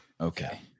Okay